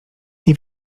nie